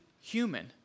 human